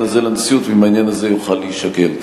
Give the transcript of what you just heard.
הזה לנשיאות ואם העניין הזה יוכל להישקל.